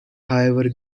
however